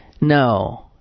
No